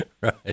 Right